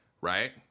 Right